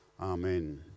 Amen